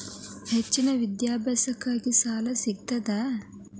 ಹೆಚ್ಚಿನ ವಿದ್ಯಾಭ್ಯಾಸಕ್ಕ ಸಾಲಾ ಸಿಗ್ತದಾ?